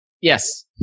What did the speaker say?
Yes